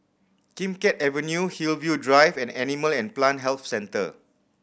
Kim Keat Avenue Hillview Drive and Animal and Plant Health Centre